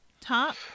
top